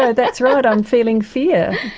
ah that's right, i'm feeling fear,